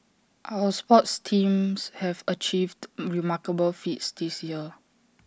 our sports teams have achieved remarkable feats this year